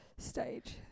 Stage